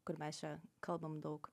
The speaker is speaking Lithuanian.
kur mes čia kalbam daug